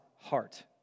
heart